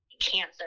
cancer